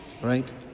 right